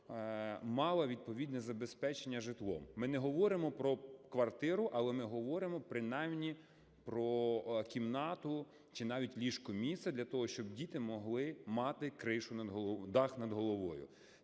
мала відповідне забезпечення житлом. Ми не говоримо про квартиру, але ми говоримо принаймні про кімнату чи навіть ліжко-місце для того, щоб діти могли мати дах над головою.